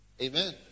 amen